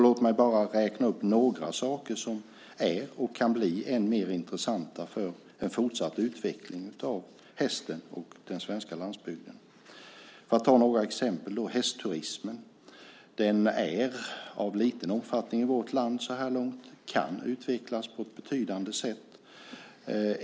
Låt mig bara räkna upp några saker som är och kan bli än mer intressanta för en fortsatt utveckling av hästnäringen och den svenska landsbygden. Hästturismen är av liten omfattning i vårt land så här långt. Den kan utvecklas på ett betydande sätt.